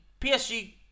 PSG